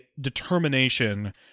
determination